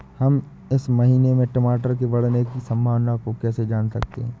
हम इस महीने में टमाटर के बढ़ने की संभावना को कैसे जान सकते हैं?